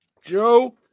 Joe